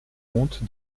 honte